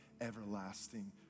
everlasting